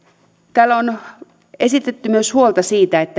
täällä on esitetty myös huolta siitä